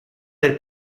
del